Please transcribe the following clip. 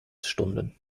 stunden